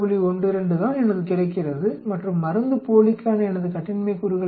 12 தான் எனக்குக் கிடைக்கிறது மற்றும் மருந்துப்போலிக்கான எனது கட்டின்மை கூறுகள் என்ன